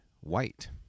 white